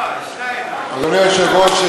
אדוני היושב-ראש,